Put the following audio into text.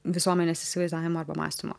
visuomenės įsivaizdavimo arba mąstymo